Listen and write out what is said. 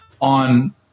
on –